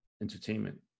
entertainment